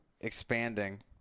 expanding